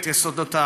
את יסודותיו.